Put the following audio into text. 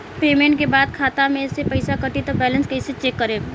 Payment के बाद खाता मे से पैसा कटी त बैलेंस कैसे चेक करेम?